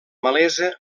malesa